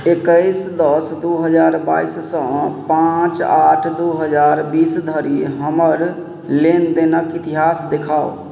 एक्कैस दस दू हजार बाइससँ पाँच आठ दू हजार बीस धरि हमर लेनदेनक इतिहास देखाउ